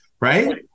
Right